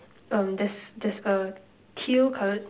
um there's there's a teal coloured